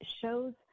shows